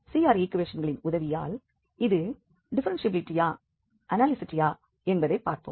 CR ஈக்குவேஷன்களின் உதவியால் இது டிஃப்ஃபெரென்ஷியபிலிட்டியா அனாலிசிட்டியா என்பதைப் பார்ப்போம்